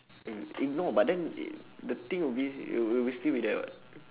ignore but then it the thing will be it it'll still be there [what]